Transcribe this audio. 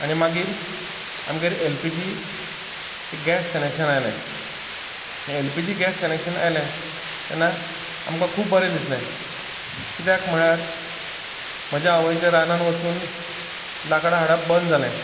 आनी मागीर आमगेर L P G gas connection आयलें आनी L P G gas connection आयलें तेन्ना आमकां खूब बरें दिसलें कित्याक म्हळ्यार म्हजे आवयचें रानांत वचून लांकडां हाडप बंद जालें